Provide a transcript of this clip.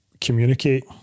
communicate